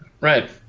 Right